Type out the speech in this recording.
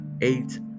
eight